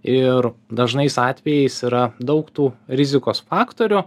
ir dažnais atvejais yra daug tų rizikos faktorių